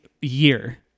year